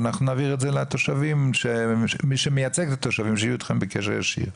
ואנחנו נעביר את זה לנציגי התושבים שיהיו איתך בקשר ישיר.